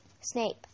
Snape